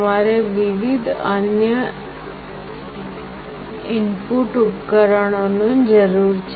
તમારે વિવિધ અન્ય ઇનપુટ ઉપકરણોની જરૂર છે